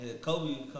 Kobe